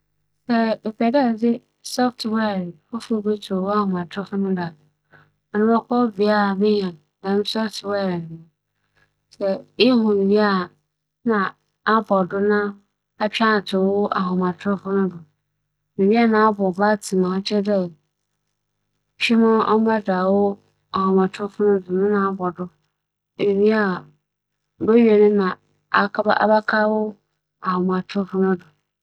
Atwe "software" bi ato wo "phone" do na epɛ dɛ eyɛ ma ͻka wo "phone" no do na itum dze dzi wo dwuma a, ma ebɛyɛ nye dɛ, ebͻbͻ dza ͻwͻ nkyɛn a ͻka kyerɛ wo dɛ ͻbɛma adze adze no aka wo "phone" no do na atweͻn ma nara ankasa akͻ a anko, owie a, ͻbɛma ehu. ͻno na botum ebue.